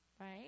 right